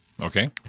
Okay